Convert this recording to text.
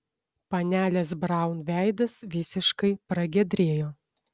panelės braun veidas visiškai pragiedrėjo